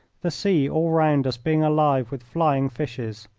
the sea all round us being alive with flying fishes.